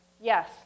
Yes